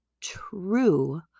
true